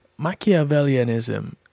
Machiavellianism